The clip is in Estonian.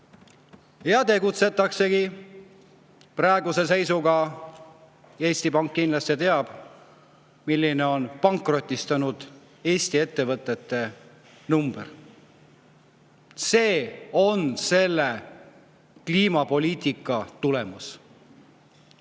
Ja tegutsetaksegi. Praeguse seisuga Eesti Pank kindlasti teab, milline on pankrotistunud Eesti ettevõtete number. See on kliimapoliitika tulemus.